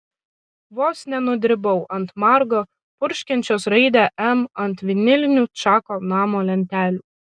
vos nenudribau ant margo purškiančios raidę m ant vinilinių čako namo lentelių